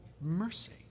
mercy